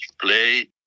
play